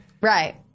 Right